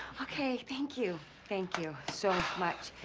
okay, thank you. thank you so much.